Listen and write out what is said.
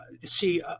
see